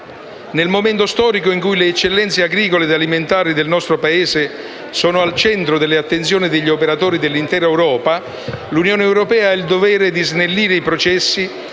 Nel momento storico in cui le eccellenze agricole e alimentari del nostro Paese sono al centro delle attenzioni degli operatori dell'intera Europa, l'Unione europea ha il dovere di snellire i processi